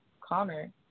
Connor